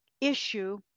issue